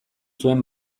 zuen